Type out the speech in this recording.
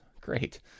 great